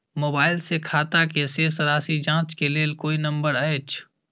Mobile से खाता के शेस राशि जाँच के लेल कोई नंबर अएछ?